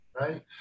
right